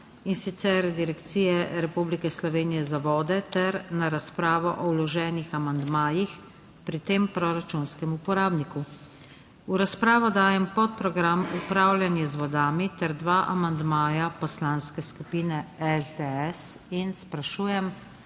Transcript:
in sicer Direkcije Republike Slovenije za vode ter na razpravo o vloženih amandmajih pri tem proračunskem uporabniku. V razpravo dajem podprogram Upravljanje z vodami ter dva amandmaja Poslanske skupine SDS. Sprašujem,